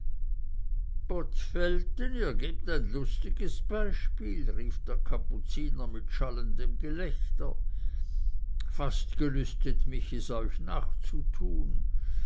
velten ihr gebt ein lustiges beispiel rief der kapuziner mit schallendem gelächter fast gelüstet mich es euch nachzutun